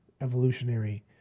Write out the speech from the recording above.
evolutionary